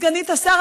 סגנית השר,